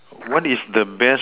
what is the best